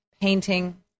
painting